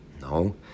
No